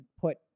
put